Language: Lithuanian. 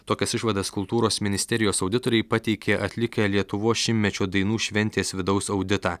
tokias išvadas kultūros ministerijos auditoriai pateikė atlikę lietuvos šimtmečio dainų šventės vidaus auditą